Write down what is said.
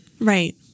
Right